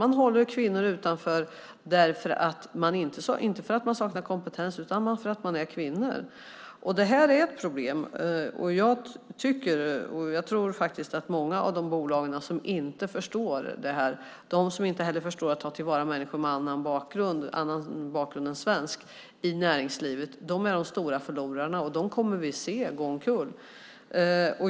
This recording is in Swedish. Man håller kvinnorna utanför, inte för att de saknar kompetens utan för att de är kvinnor. Det är ett problem. Jag tror att många av de bolag som inte förstår detta och inte förstår att ta till vara människor med annan bakgrund än svensk i näringslivet är de stora förlorarna. Vi kommer att se dem gå omkull.